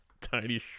tiny